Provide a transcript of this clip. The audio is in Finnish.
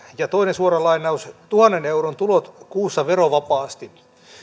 ja toinen suora lainaus tuhannen euron tulot kuussa verovapaasti